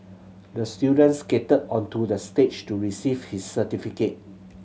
the student skated onto the stage to receive his certificate